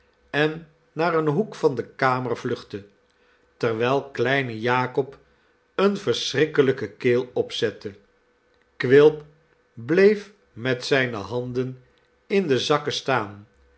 en naar een hoek van de kamer vluchtte terwijl kleine jakob eene verschrikkelijke keel opzette quilp bleef met zijne handen in de zakken staan